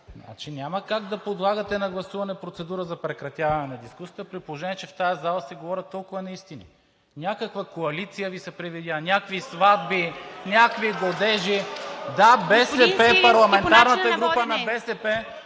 Няма как да подлагате на гласуване процедура за прекратяване на дискусията, при положение че в тази зала се говорят толкова неистини – някаква коалиция Ви се привидя, някакви сватби, някакви годежи! Да, парламентарната група на БСП...